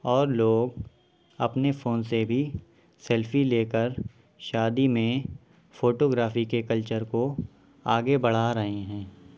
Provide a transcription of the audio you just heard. اور لوگ اپنے فون سے بھی سیلفی لے کر شادی میں فوٹوگرافی کے کلچر کو آگے بڑھا رہے ہیں